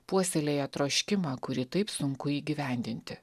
puoselėja troškimą kurį taip sunku įgyvendinti